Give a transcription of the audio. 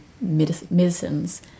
medicines